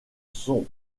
sont